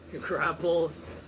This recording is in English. Grapples